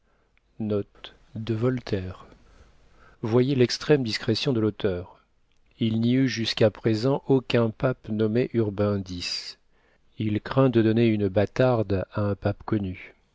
voyez l'extrême discrétion de l'auteur il n'y eut jusq'uà présent aucun pape nommé urbain x il craint de donner une bâtarde à un pape connu